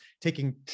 taking